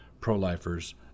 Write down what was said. pro-lifers